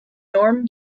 norm